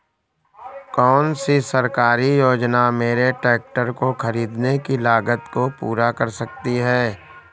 कौन सी सरकारी योजना मेरे ट्रैक्टर को ख़रीदने की लागत को पूरा कर सकती है?